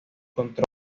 control